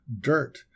dirt